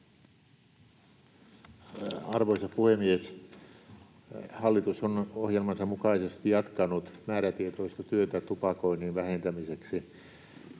Arvoisa puhemies! Hallitus on ohjelmansa mukaisesti jatkanut määrätietoista työtä tupakoinnin vähentämiseksi.